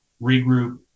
regroup